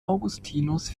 augustinus